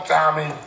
Tommy